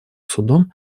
судом